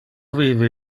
vive